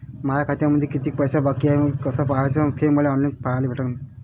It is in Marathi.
माया खात्यामंधी किती पैसा बाकी हाय कस पाह्याच, मले थे ऑनलाईन कस पाह्याले भेटन?